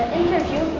interview